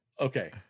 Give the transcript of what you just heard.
Okay